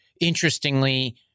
interestingly